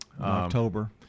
October